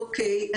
אוקיי,